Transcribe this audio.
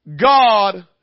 God